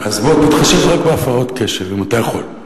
אז תתחשב רק בהפרעות קשב, אם אתה יכול.